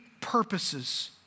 purposes